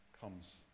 comes